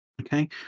okay